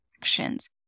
actions